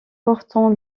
portant